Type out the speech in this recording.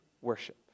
worship